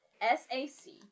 S-A-C